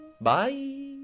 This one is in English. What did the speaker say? bye